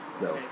No